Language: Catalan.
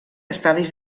estadis